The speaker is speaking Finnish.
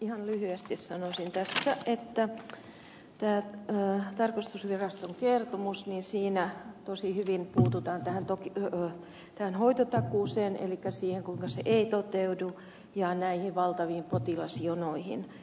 ihan lyhyesti sanoisin että tässä tarkastusviraston kertomuksessa tosi hyvin puututaan tähän hoitotakuuseen elikkä siihen kuinka se ei toteudu ja näihin valtaviin potilasjonoihin